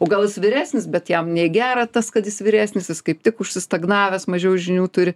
o gal jis vyresnis bet jam ne į gera tas kad jis vyresnis jis kaip tik užsistagnavęs mažiau žinių turi